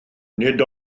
nid